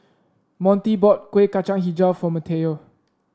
Montie bought Kuih Kacang hijau for Mateo